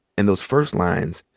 and those first lines,